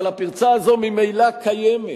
אבל הפרצה הזאת ממילא קיימת.